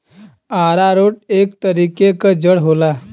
आरारोट एक तरीके क जड़ होला